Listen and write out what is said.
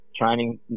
Training